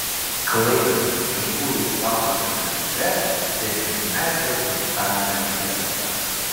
klaipėdos vaikų laisvalaikio centre dešimtmečio gimtadienio fiesta